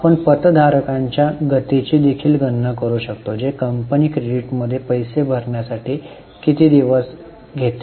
आपण पतधारकाच्या गतीची देखील गणना करू शकतो जे कंपनी क्रेडिटमध्ये पैसे भरण्यासाठी किती दिवस घेते